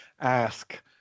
ask